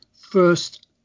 first